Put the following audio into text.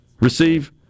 receive